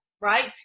right